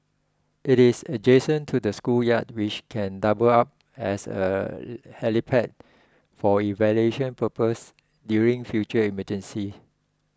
it is adjacent to the schoolyard which can double up as a helipad for evacuation purposes during future emergencies